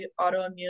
autoimmune